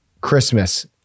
Christmas